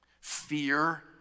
Fear